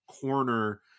corner